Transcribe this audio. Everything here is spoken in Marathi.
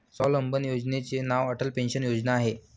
स्वावलंबन योजनेचे नाव अटल पेन्शन योजना आहे